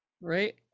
right